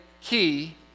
key